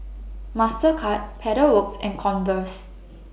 Mastercard Pedal Works and Converse